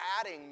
adding